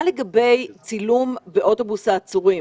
מה לגבי צילום באוטובוס העצורים?